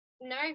no